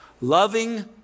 loving